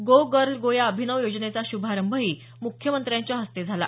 गो girl go या अभिनव योजनेचा श्भारंभही मुख्यमत्र्यांच्या हस्ते यावेळी झाला